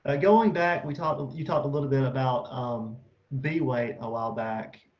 ah going back we talked, you talked a little bit about um bee weight a while back,